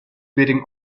beating